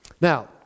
Now